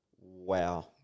Wow